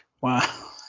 Wow